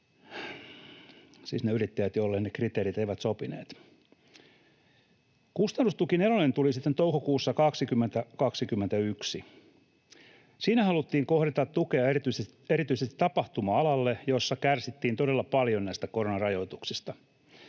ne yrittäjät, joille ne kriteerit eivät sopineet, saaneet tukea noilta ajoilta. Kustannustuki nelonen tuli sitten toukokuussa 2021. Siinä haluttiin kohdentaa tukea erityisesti tapahtuma-alalle, jolla kärsittiin todella paljon koronarajoituksista.